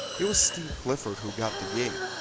it was steve clifford who got the gig.